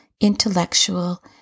intellectual